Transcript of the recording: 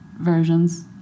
versions